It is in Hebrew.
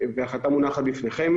שאני מקווה שלא יתרגש עלינו.